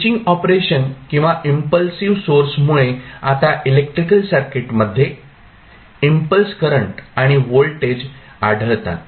switching operation किंवा impulsive सोर्समुळे आता इलेक्ट्रिकल सर्किटमध्ये इम्पल्स करंट आणि व्होल्टेज आढळतात